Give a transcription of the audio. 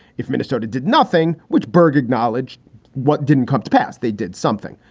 if minnesota did nothing, which berg acknowledged what didn't come to pass, they did something.